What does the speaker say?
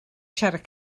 siarad